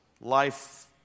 life